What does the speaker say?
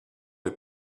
les